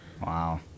Wow